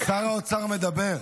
שר האוצר מדבר,